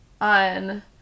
on